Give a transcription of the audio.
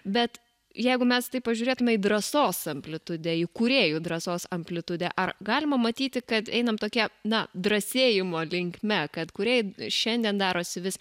bet jeigu mes tai pažiūrėtume į drąsos amplitudę jų kūrėjų drąsos amplitudę ar galima matyti kad einam tokia na drąsėjimo linkme kad kūrėjai šiandien darosi vis